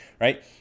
right